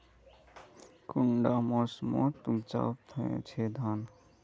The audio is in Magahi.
कुंडा मोसमोत उपजाम छै धान?